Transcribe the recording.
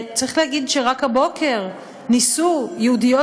צריך להגיד שרק הבוקר ניסו יהודיות